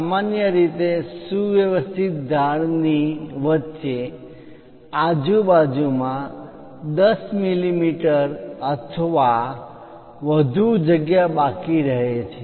સામાન્ય રીતે સુવ્યવસ્થિત ધાર ની વચ્ચે આજુબાજુમાં 10 મીમી અથવા વધુ જગ્યા બાકી રહે છે